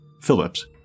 Phillips